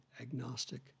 agnostic